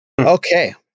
Okay